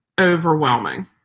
overwhelming